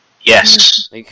Yes